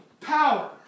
power